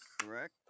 correct